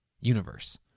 universe